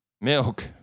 Milk